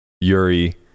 Yuri